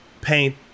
paint